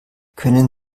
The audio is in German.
können